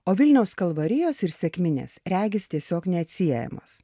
o vilniaus kalvarijos ir sekminės regis tiesiog neatsiejamos